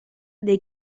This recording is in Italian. dei